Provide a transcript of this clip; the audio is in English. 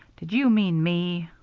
did ye mean me?